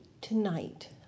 tonight